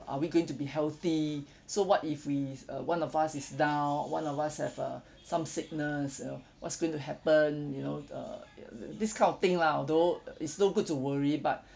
are we going to be healthy so what if we uh one of us is down one of us have uh some sickness you know what's going to happen you know err this kind of thing lah although it's no good to worry but